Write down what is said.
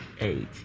eight